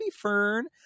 Fern